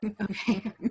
Okay